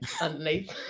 underneath